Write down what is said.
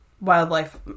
wildlife